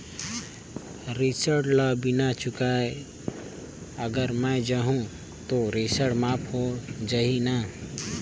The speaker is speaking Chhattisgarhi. ऋण ला बिना चुकाय अगर मै जाहूं तो ऋण माफ हो जाही न?